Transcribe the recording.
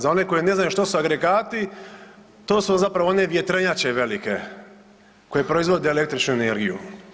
Za one koji ne znaju što su agregati, to su zapravo one vjetrenjače velike koje proizvode električnu energiju.